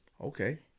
Okay